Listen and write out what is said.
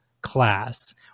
class